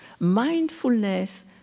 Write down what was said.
mindfulness